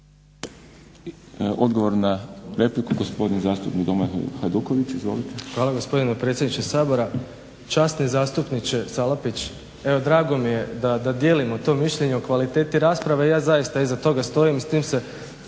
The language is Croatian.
Odgovor na repliku, gospodin zastupnik Domagoj Hajduković. Izvolite. **Hajduković, Domagoj (SDP)** Hvala gospodine predsjedniče Sabora. Časni zastupniče Salapić evo drago mi je da dijelimo to mišljenje o kvaliteti rasprave, ja zaista iza toga stojim i s tim se